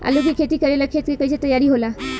आलू के खेती करेला खेत के कैसे तैयारी होला?